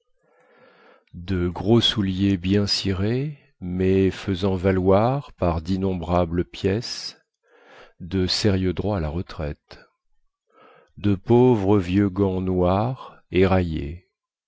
de gros souliers bien cirés mais faisant valoir par dinnombrables pièces de sérieux droits à la retraite de pauvres vieux gants noirs